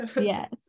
yes